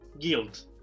guild